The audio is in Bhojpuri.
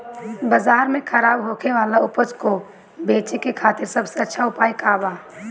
बाजार में खराब होखे वाला उपज को बेचे के खातिर सबसे अच्छा उपाय का बा?